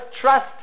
trust